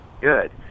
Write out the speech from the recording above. good